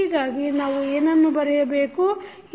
ಹೀಗಾಗಿ ನಾವು ಏನನ್ನು ಬರೆಯಬೇಕುಬ